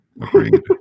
Agreed